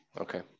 okay